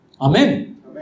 Amen